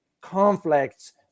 conflicts